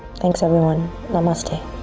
thanks, everyone. namaste.